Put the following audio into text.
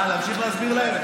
מה, להמשיך להסביר להם?